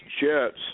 jets